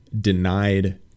denied